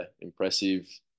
impressive